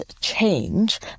change